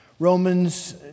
Romans